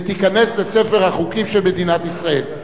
ותיכנס לספר החוקים של מדינת ישראל.